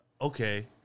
Okay